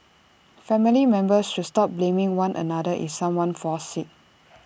family members should stop blaming one another if someone falls sick